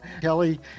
Kelly